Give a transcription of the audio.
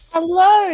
Hello